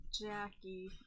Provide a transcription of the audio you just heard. Jackie